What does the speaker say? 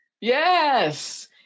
Yes